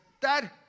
Dad